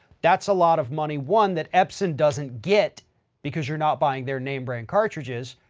that's a lot of money. one that epson doesn't get because you're not buying their name brand cartridges,